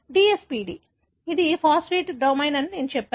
మరొకటి DSPD ఇది phosphatase domain అని నేను చెప్పాను